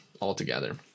altogether